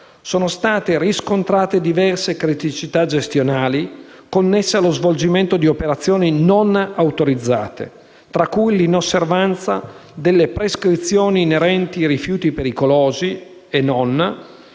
sono state riscontrate diverse criticità gestionali connesse allo svolgimento di operazioni non autorizzate, tra cui l'inosservanza delle prescrizioni inerenti i rifiuti pericolosi e non,